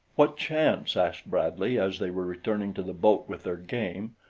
what chance, asked bradley, as they were returning to the boat with their game,